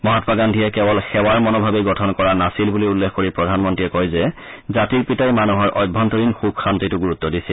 মহাম্মা গান্ধীয়ে কেৱল সেৱাৰ মনোভাৱেই গঠন কৰা নাছিল বুলি উল্লেখ কৰি প্ৰধানমন্ত্ৰীয়ে কয় যে জাতিৰ পিতাই মানুহৰ অভ্যন্তৰীণ সুখ শান্তিতো গুৰুত্ব দিছিল